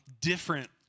different